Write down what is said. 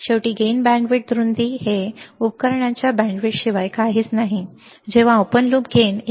शेवटी gain band रुंदी उत्पादन हे उपकरणाच्या बँडविड्थशिवाय काहीच नाही जेव्हा ओपन लूप गेन 1